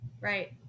Right